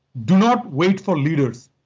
do not wait for leaders,